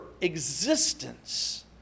existence